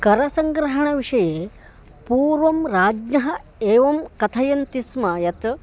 करसङ्ग्रहणविषये पूर्वं राज्ञः एवं कथयन्ति स्म यत्